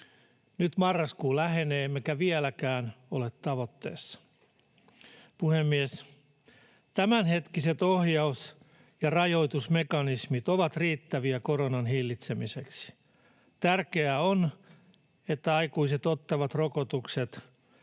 Nyt marraskuu lähenee, emmekä vieläkään ole tavoitteessa. Puhemies! Tämänhetkiset ohjaus‑ ja rajoitusmekanismit ovat riittäviä koronan hillitsemiseksi. Tärkeää on, että aikuiset ottavat rokotukset